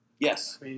yes